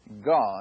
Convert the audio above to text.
God